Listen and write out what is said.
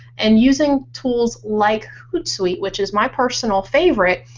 and using tools like hootsuite which is my personal favorite,